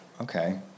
Okay